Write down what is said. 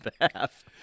behalf